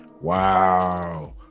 Wow